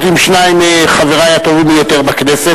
עם שניים מחברי הטובים ביותר בכנסת,